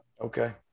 Okay